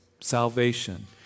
Salvation